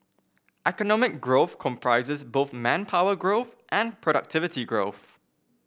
economic growth comprises both manpower growth and productivity growth